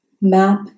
map